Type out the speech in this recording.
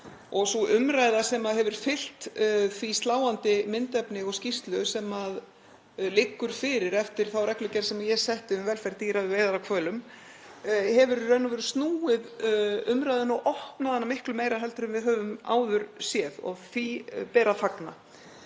og sú umræða sem hefur fylgt því sláandi myndefni og skýrslu sem liggur fyrir eftir þá reglugerð sem ég setti um velferð dýra við veiðar á hvölum, hefur í raun og veru snúið umræðunni og opnað hana miklu meira en við höfum áður séð. Og því ber að fagna.